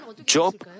Job